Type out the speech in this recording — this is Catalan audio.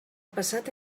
passat